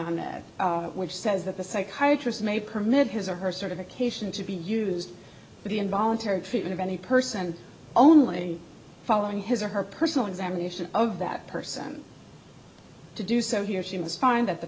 on that which says that the psychiatry's may permit his or her certification to be used for the involuntary treatment of any person only following his or her personal examination of that person to do so here seem to find that the